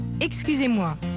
Excusez-moi